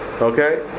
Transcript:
Okay